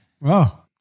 Wow